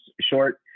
short